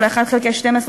של ה-1 חלקי 12,